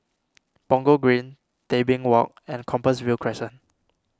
Punggol Green Tebing Walk and Compassvale Crescent